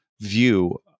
view